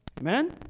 Amen